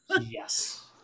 Yes